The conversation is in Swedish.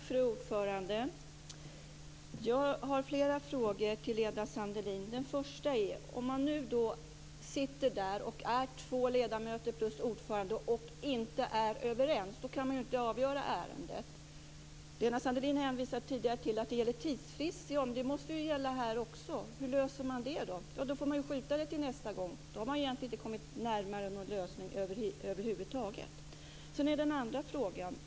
Fru talman! Jag har flera frågor till Lena Sandlin. Om man nu är två ledamöter samt ordförande och inte är överens kan man inte avgöra ärendet. Lena Sandlin har tidigare hänvisat till att det gäller en tidsfrist. Men det måste ju gälla i det här fallet också. Hur löser man det? Ja, då får man ju skjuta ärendet till nästa gång. Och då har man egentligen inte kommit närmare en lösning över huvud taget. Sedan till den andra frågan.